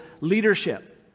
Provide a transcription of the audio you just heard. leadership